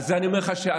על זה אני אומר לך שאתה,